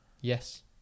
Yes